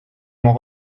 m’en